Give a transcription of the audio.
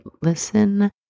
listen